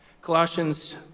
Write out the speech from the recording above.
Colossians